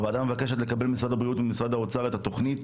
הוועדה מבקשת לקבל ממשרד הבריאות וממשרד האוצר את תוכנית